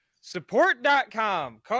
Support.com